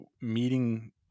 meeting